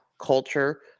culture